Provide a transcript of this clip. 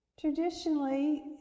Traditionally